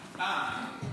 דקות.